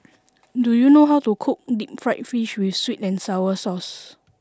do you know how to cook deep fried fish with sweet and sour sauce